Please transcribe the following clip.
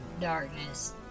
darkness